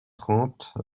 trente